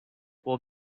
will